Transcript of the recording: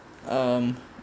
um